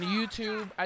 YouTube